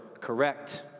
correct